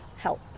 help